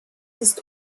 ist